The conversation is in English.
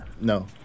no